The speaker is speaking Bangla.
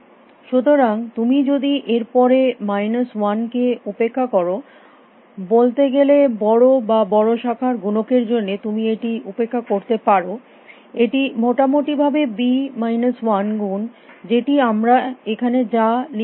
সুতরাং তুমি যদি এর পরে মাইনাস ওয়ান কে উপেক্ষা কর বলতে গেলে বড় বা বড় শাখার গুনক এর জন্য তুমি এটি উপেক্ষা করতে পারো এটি মোটামুটিভাবে বি মাইনাস 1 গুণ যেটি আমরা এখানে যা লিখেছি তাই